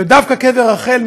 ודווקא קבר רחל,